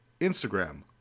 Instagram